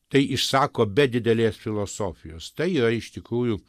tai išsako be didelės filosofijos tai yra iš tikrųjų